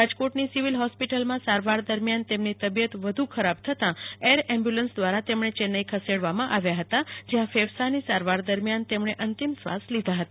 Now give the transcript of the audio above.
રાજકોટ ની સિવિલ હોસ્પિટલમાં સારવાર દરમ્યાન તેમની તબિયત વધુ ખરાબ થતાં એર એમ્બુલન્સ દ્વારા તેમણે ચેન્નાઈ ખસેડવામાં આવ્યા હતા જ્યાં ફેફસા ની સારવાર દરમ્યાન તેમણે અંતિમ શ્વાસ લીધા હતા